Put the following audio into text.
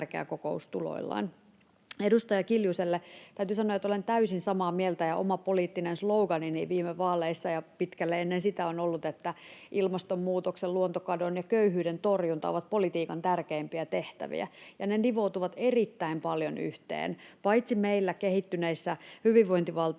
tärkeä kokous tuloillaan. Edustaja Kiljuselle täytyy sanoa, että olen täysin samaa mieltä, ja oma poliittinen sloganini viime vaaleissa ja pitkälle ennen sitä on ollut, että ilmastonmuutoksen, luontokadon ja köyhyyden torjunta ovat politiikan tärkeimpiä tehtäviä, ja ne nivoutuvat erittäin paljon yhteen, paitsi meillä kehittyneissä hyvinvointivaltioissa